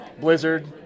blizzard